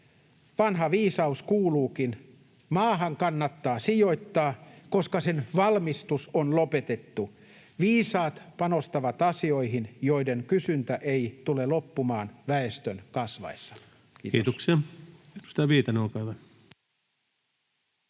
Vanha viisaus kuuluukin: maahan kannattaa sijoittaa, koska sen valmistus on lopetettu. Viisaat panostavat asioihin, joiden kysyntä ei tule loppumaan väestön kasvaessa. — Kiitos. Kiitoksia.